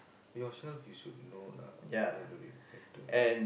yourself you should know lah every better